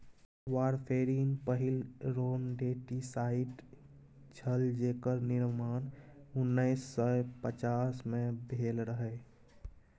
warfarin पहिल rodenticide छल जेकर निर्माण उन्नैस सय पचास मे भेल रहय